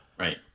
Right